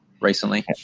recently